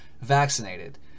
vaccinated